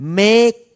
make